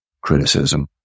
criticism